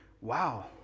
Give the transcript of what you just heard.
Wow